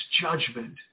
judgment